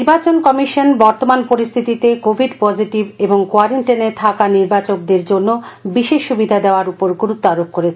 নির্বাচন কমিশন বর্তমান পরিস্থিতিতে কোভিড পজিটিভ এবং কোয়ারেন্টাইনে থাকা নির্বাচকদের জন্য বিশেষ সুবিধা দেওয়ার উপর গুরুত্ব আবোপ করেছেন